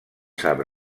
sap